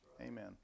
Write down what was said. Amen